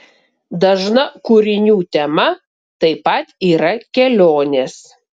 dažna kūrinių tema taip pat yra kelionės